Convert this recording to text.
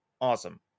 Awesome